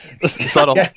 Subtle